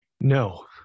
No